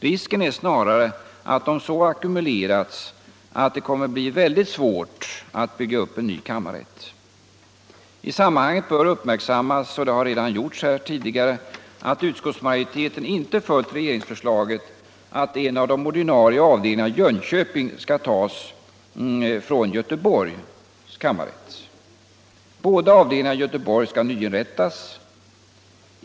Risken är snarare att de ackumulerats på ett sätt som gör det ännu svårare att bygga upp en ny kammarrätt. I sammanhanget bör uppmärksammas — och det har redan gjorts här tidigare — att utskottsmajoriteten inte följt regeringsförslaget att en av de två ordinarie avdelningarna i Jönköping skall tas från Göteborgs kam marrätt. Båda avdelningarna i Jönköping skall nyinrättas.